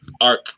arc